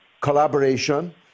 collaboration